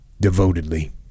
devotedly